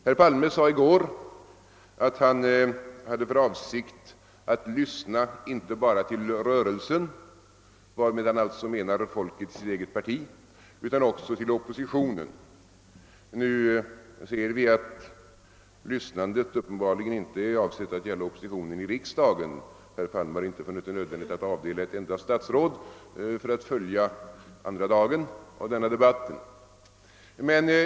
Herr Palme sade i går att han hade för avsikt att lyssna inte bara till rörelsen, varmed han alltså menar folket i sitt eget parti, utan också till oppositionen. Vi ser nu att lyssnandet uppenbarligen inte är avsett att gälla oppositionen i riksdagen. Herr Palme har inte funnit det nödvändigt att avdela ett enda statsråd för att följa andra dagen av denna debatt.